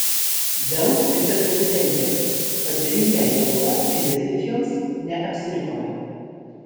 dell viceprezidentė pasirinkę lietuvą investicijoms neapsirikome